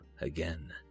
again